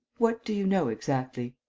what do you know exactly?